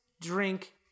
drink